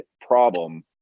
problem